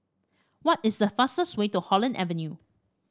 what is the fastest way to Holland Avenue